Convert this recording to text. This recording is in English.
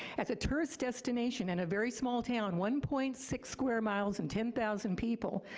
as a tourist destination and a very small town, one point six square miles and ten thousand people,